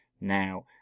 now